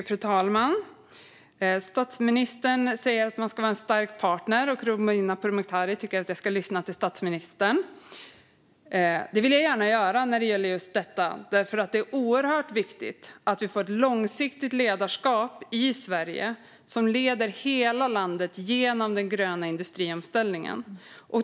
Fru talman! Statsministern säger att man ska vara en stark partner, och Romina Pourmokhtari tycker att jag ska lyssna till statsministern. Det vill jag gärna göra när det gäller just detta, för det är oerhört viktigt att vi får ett långsiktigt ledarskap i Sverige som leder hela landet genom den gröna industriomställningen.